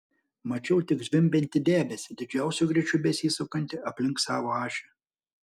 mačiau tik zvimbiantį debesį didžiausiu greičiu besisukantį aplink savo ašį